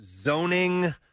Zoning